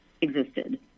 existed